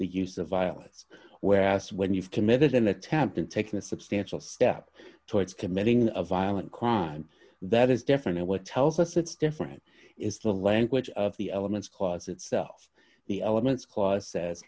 the use of violence whereas when you've committed an attempt in taking a substantial step towards committing a violent crime that is definite what tells us it's different is the language of the elements clause itself the elements clause says